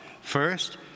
First